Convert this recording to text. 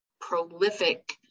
prolific